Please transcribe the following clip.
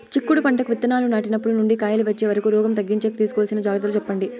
చిక్కుడు పంటకు విత్తనాలు నాటినప్పటి నుండి కాయలు వచ్చే వరకు రోగం తగ్గించేకి తీసుకోవాల్సిన జాగ్రత్తలు చెప్పండి?